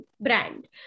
brand